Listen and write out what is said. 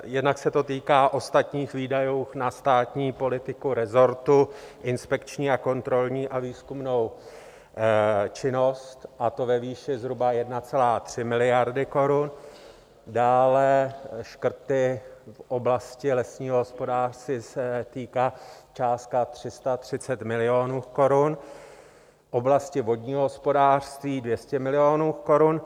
Jednak se to týká ostatních výdajů na státní politiku resortu, inspekční, kontrolní a výzkumnou činnost, a to ve výši zhruba 1,3 miliardy korun, dále škrty v oblasti lesního hospodářství částka 330 milionů korun, oblasti vodního hospodářství 200 milionů korun.